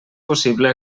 possible